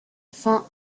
fin